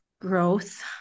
growth